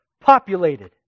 populated